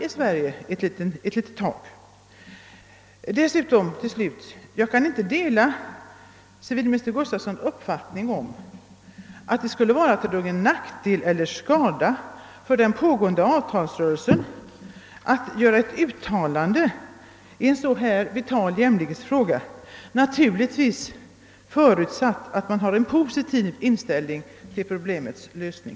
Till slut vill jag säga att jag inte kan dela civilminister Gustafssons uppfattning att det skulle vara till nackdel eller skada för den pågående avtalsrörelsen att göra ett uttalande i en så här vital jämlikhetsfråga, naturligtvis under förutsättning att man har en positiv inställning till problemets lösning.